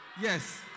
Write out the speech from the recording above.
yes